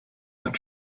ein